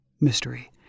mystery